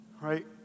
right